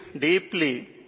deeply